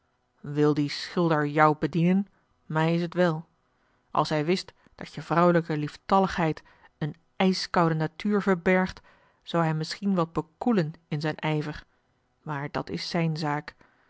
wil die schilder jou bedienen mij is t wel als hij wist dat je vrouwelijke lieftalligheid een ijskoude natuur verbergt zou hij misschien wat bekoelen in zijn ijver maar dat is zijn zaak